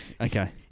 Okay